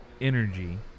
energy